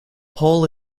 pol